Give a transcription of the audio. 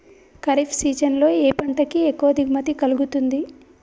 Kharif season లో ఏ పంట కి ఎక్కువ దిగుమతి కలుగుతుంది?